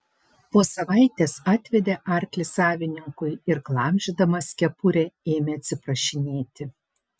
po savaitės atvedė arklį savininkui ir glamžydamas kepurę ėmė atsiprašinėti